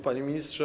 Panie Ministrze!